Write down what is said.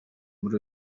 muri